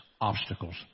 obstacles